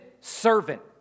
servant